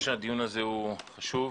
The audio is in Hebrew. הדיון הזה חשוב,